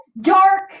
dark